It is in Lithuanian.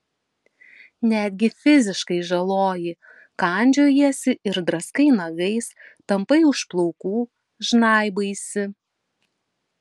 netgi fiziškai žaloji kandžiojiesi ir draskai nagais tampai už plaukų žnaibaisi